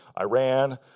Iran